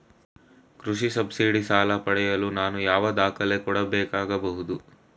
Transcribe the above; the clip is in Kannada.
ಕೃಷಿ ಸಬ್ಸಿಡಿ ಸಾಲ ಪಡೆಯಲು ನಾನು ಯಾವ ದಾಖಲೆ ಕೊಡಬೇಕಾಗಬಹುದು?